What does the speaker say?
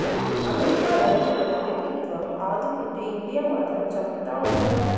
America రైతులను ప్రభుత్వం ఆదుకుంటే ఇండియా మాత్రం చంపుతా ఉండాది